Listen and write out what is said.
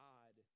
God